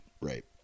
Right